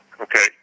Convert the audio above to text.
Okay